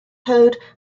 code